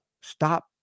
stop